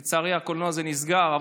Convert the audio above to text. לצערי, הקולנוע הזה נסגר.